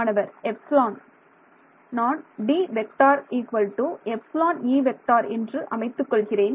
மாணவர் எப்ஸிலான் நான் என்று அமைத்துக் கொள்கிறேன்